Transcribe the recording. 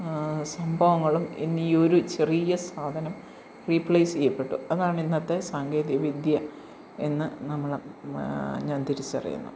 സംഭവങ്ങളും ഇന്നീയൊരു ചെറീയ സാധനം റീപ്ലേയ്സ് ചെയ്യപ്പെട്ടു അതാണ് ഇന്നത്തെ സാങ്കേതിക വിദ്യ എന്നു നമ്മൾ ഞാൻ തിരിച്ചറിയുന്നു